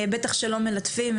בטח שלא מלטפים,